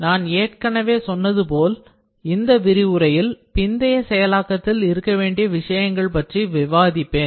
நான் ஏற்கனவே சொன்னது போல் இந்த விரிவுரையில் பிந்தைய செயலாக்கத்தில் இருக்கவேண்டிய விஷயங்கள் பற்றி விவாதிப்பேன்